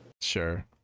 Sure